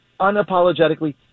unapologetically